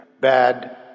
bad